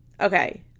Okay